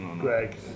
Greg